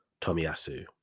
Tomiyasu